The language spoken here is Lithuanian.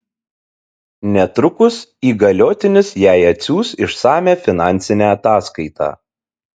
netrukus įgaliotinis jai atsiųs išsamią finansinę ataskaitą